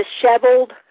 disheveled